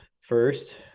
first